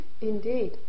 indeed